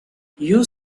you